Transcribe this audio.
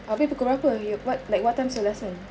abeh pukul berapa what like what time is your lesson